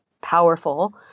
powerful